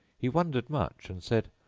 he wondered much and said,